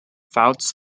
fouts